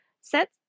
set